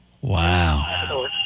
Wow